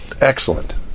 Excellent